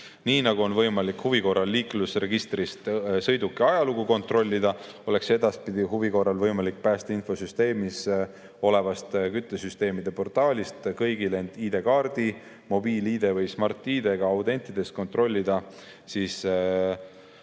Nii nagu on võimalik huvi korral liiklusregistrist sõiduki ajalugu kontrollida, oleks edaspidi huvi korral võimalik päästeinfosüsteemis olevast küttesüsteemide portaalist kõigil end ID-kaardi, mobiil-ID või Smart-ID-ga autentides kontrollida